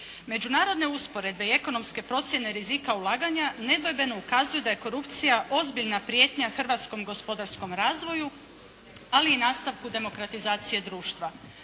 Međunarodne usporedbe i ekonomske procjene rizika ulaganja nedvojbeno ukazuju da je korupcija ozbiljna prijetnja hrvatskom gospodarskom razvoju ali i nastavku demokratizacije društva.